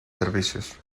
servicios